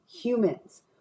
humans